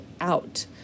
out